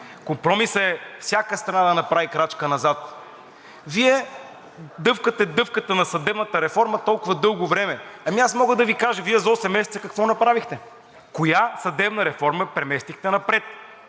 Компромисът е всяка страна да направи крачка назад. Вие дъвкате, дъвкате на съдебната реформа толкова дълго време. Мога да Ви кажа Вие за осем месеца какво направихте, коя съдебна реформа, преместихте напред?